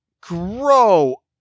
grow